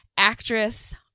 actress